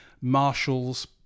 marshals